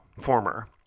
former